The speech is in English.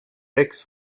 tricks